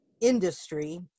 industry